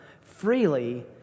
freely